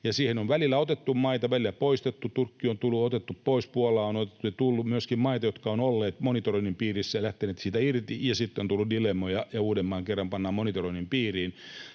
Siihen on välillä otettu maita, välillä poistettu. Turkki on otettu pois, Puola on otettu, ja on tullut myöskin maita, jotka ovat olleet monitoroinnin piirissä ja lähteneet siitä irti, ja sitten on tullut dilemmoja ja uudemman kerran pannaan monitoroinnin piiriin.